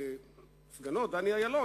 דני אילון,